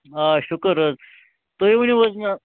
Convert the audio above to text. آ شُکُر حظ تُہۍ ؤنِو حظ مےٚ